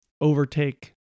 overtake